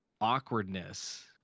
awkwardness